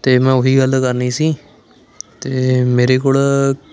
ਅਤੇ ਮੈਂ ਉਹੀ ਗੱਲ ਕਰਨੀ ਸੀ ਅਤੇ ਮੇਰੇ ਕੋਲ